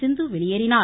சிந்து வெளியேறினார்